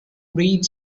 read